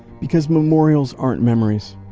because memorials aren't memories.